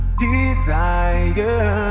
desire